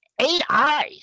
AI